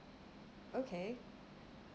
okay